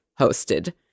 hosted